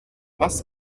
was